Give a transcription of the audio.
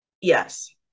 Yes